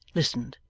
listened.